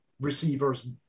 receivers